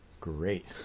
great